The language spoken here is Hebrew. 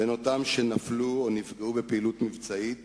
בין אותם שנפלו או נפגעו בפעילות מבצעית